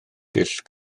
dull